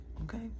okay